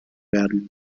werden